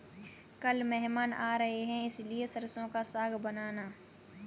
कल मेहमान आ रहे हैं इसलिए सरसों का साग बनाना